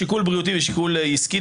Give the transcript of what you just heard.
שיקול בריאותי ושיקול עסקי,